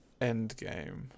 Endgame